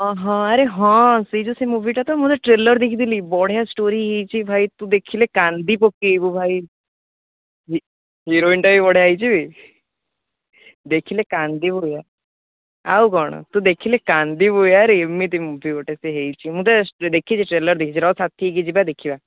ହଁ ହଁ ଆରେ ହଁ ସେ ଯୋଉ ସେ ମୁଭିଟା ତ ମୁଁ ଟ୍ରେଲର୍ ଦେଖିଥିଲି ବଢ଼ିଆ ଷ୍ଟୋରୀ ହୋଇଛି ଭାଇ ତୁ ଦେଖିଲେ କାନ୍ଦି ପକେଇବୁ ଭାଇ ହିରୋଇନ୍ଟା ବି ବଢ଼ିଆ ହୋଇଛି ଦେଖିଲେ କାନ୍ଦିବୁ ଆଉ କ'ଣ ତୁ ଦେଖିଲେ କାନ୍ଦିବୁ ୟାର ଏମିତି ମୁଭି ଗୋଟେ ସେ ହୋଇଛି ମୁଁ ତ ଦେଖିଛି ଟ୍ରେଲର୍ ଦେଖିଛି ରହ ସାଥି ହୋଇକି ଯିବା ଦେଖିବା